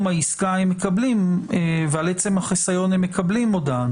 העסקה ועל עצם החיסיון הם מקבלים הודעה,